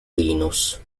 linus